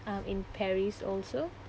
um in paris also